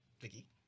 Vicky